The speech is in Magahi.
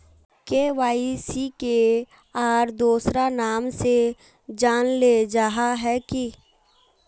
के.वाई.सी के आर दोसरा नाम से जानले जाहा है की?